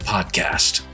podcast